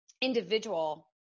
individual